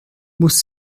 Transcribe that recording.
muss